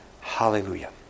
Hallelujah